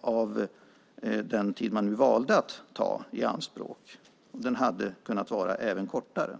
av den tid man nu valde att ta i anspråk. Den hade kunnat vara även kortare.